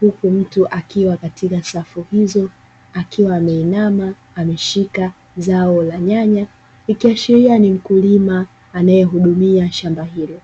huku mtu akiwa katika safu hizo akiwa ameinama, ameshika zao la nyanya ikiashiria ni mkulima anayehudumia shamba hilo.